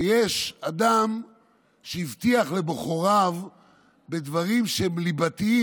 ויש אדם שהבטיח לבוחריו דברים שהם ליבתיים,